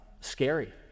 scary